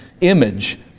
image